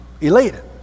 elated